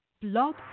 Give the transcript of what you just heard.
Blog